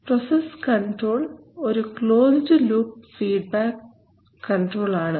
process control ഒരു closed loop feedback control ആണ്